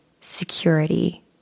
security